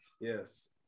Yes